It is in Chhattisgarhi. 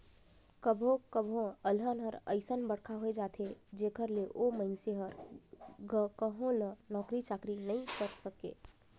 कभो कभो अलहन हर अइसन बड़खा होए जाथे जेखर ले ओ मइनसे हर कहो ल नउकरी चाकरी नइ करे सके